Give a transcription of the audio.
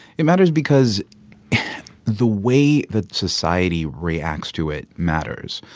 it matters because the way that society reacts to it matters.